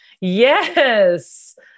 Yes